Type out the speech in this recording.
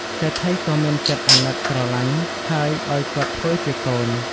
សេដ្ឋីក៏មានចិត្តអាណិតស្រលាញ់ ហើយឱ្យគាត់ធ្វើជាកូន។